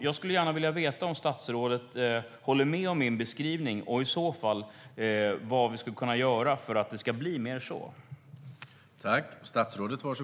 Jag skulle gärna vilja veta om statsrådet håller med om min beskrivning och vad vi i så fall skulle kunna göra för att det ska bli mer så.